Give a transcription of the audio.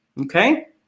okay